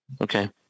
Okay